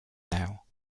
now